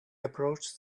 approached